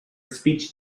speech